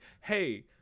hey